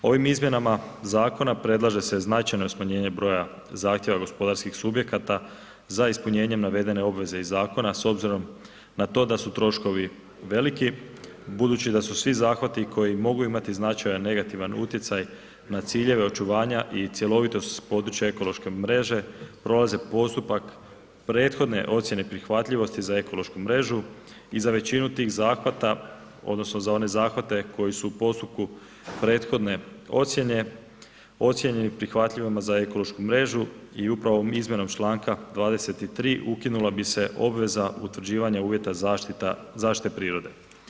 Ovim izmjenama zakona predlaže se značajno smanjenje broja zahtjeva gospodarskih subjekata za ispunjenjem navedene obveze iz zakona s obzirom na to da su troškovi veliki, budući da su svi zahvati koji mogu imati značajan negativan utjecaj na ciljeve očuvanja i cjelovitost s područja ekološke mreže prolaze postupak prethodne ocjene prihvatljivosti za ekološku mrežu i za većinu tih zahvata odnosno za one zahvate koji su u postupku prethodne ocjene, ocjenjeni prihvatljivima za ekološku mrežu i upravo izmjenom Članka 23. ukinula bi se obveza utvrđivanja uvjeta zaštite prirode.